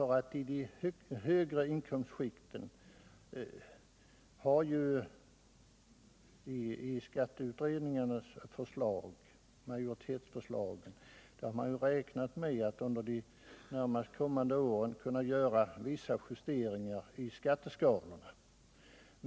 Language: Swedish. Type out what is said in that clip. I de lägre inkomstskikten har man i majoritetsförslagen i skatteutredningarna räknat med att man under de närmast kommande åren skall kunna göra vissa justeringar i skatteskalorna.